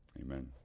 amen